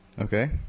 Okay